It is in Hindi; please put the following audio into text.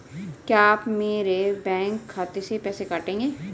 क्या आप मेरे बैंक खाते से पैसे काटेंगे?